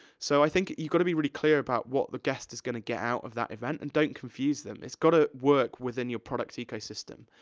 so, i think you've gotta be really clear about what the guest is gonna get out of that event, and don't confuse them. it's gotta work within your product ecosystem.